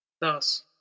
Thus